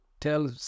tell